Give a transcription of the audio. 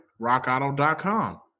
rockauto.com